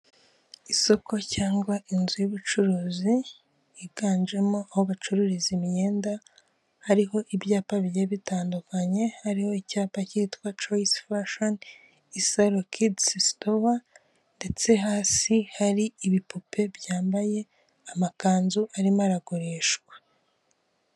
Isoko cyangwa inzu y'ubucuruzi higanjemo aho gucururiza imyenda hariho ibyapa bitandukanye harimo icyapa cyitwa coyisi fashoni isaro kedizi sitowa ndetse hasi hari ibipope byambaye amakanzu arimo aragurishwa.